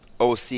OC